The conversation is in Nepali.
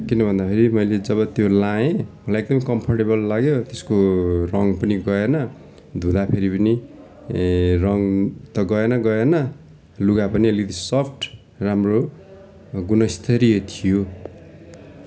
किन भन्दाखेरि मैले जब त्यो लगाएँ मलाई एकदम कम्फर्टेबल लाग्यो त्यसको रङ्ग पनि गएन धुँदा फेरि पनि रङ्ग त गएन गएन लुगा पनि अलिकति सफ्ट राम्रो गुणस्तरीय थियो